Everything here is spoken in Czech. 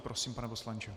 Prosím, pane poslanče.